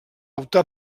optar